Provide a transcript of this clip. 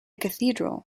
cathedral